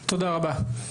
תודה רבה.